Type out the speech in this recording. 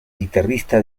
guitarrista